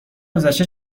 گذشته